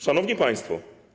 Szanowni Państwo!